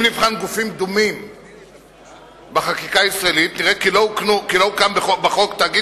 אם נבחן גופים דומים בחקיקה הישראלית נראה כי לא הוקם בחוק תאגיד